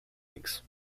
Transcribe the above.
links